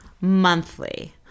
Monthly